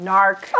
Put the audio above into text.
Narc